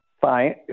fine